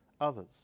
others